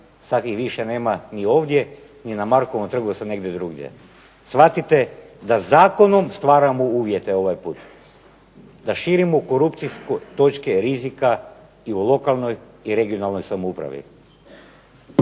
sada ih više nema ovdje ni na Markovom trgu nego su negdje drugdje. Shvatite da zakonom stvaramo uvjete ovaj put, da širimo korupcijske točke rizika i u lokalnoj i regionalnoj samoupravi.